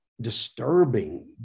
disturbing